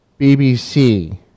BBC